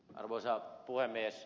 arvoisa puhemies